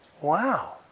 Wow